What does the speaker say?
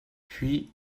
puis